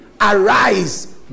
Arise